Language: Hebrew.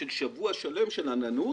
שיש שבוע שלם של עננות